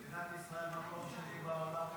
מדינת ישראל במקום שני ביוקר